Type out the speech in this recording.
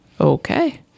Okay